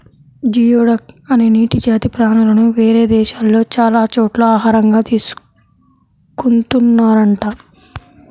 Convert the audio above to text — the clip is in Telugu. జియోడక్ అనే నీటి జాతి ప్రాణులను వేరే దేశాల్లో చాలా చోట్ల ఆహారంగా తీసుకున్తున్నారంట